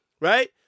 right